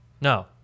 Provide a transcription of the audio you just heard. No